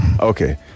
Okay